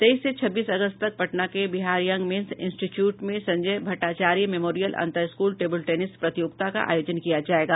तेईस से छब्बीस अगस्त तक पटना के बिहार यंग मेंस इंस्टीच्यूट में संजय भट्टाचार्या मेमोरियल अंतर स्कूल टेबुल टेनिस प्रतियोगिता का आयोजन किया जायेगा